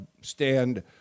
stand